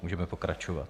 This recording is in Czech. Můžeme pokračovat.